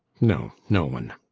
no, no one.